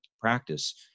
practice